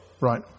Right